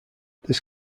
this